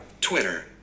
Twitter